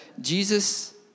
Jesus